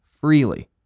freely